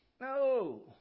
No